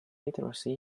literacy